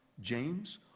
James